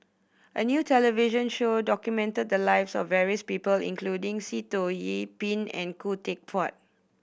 a new television show documented the lives of various people including Sitoh Yih Pin and Khoo Teck Puat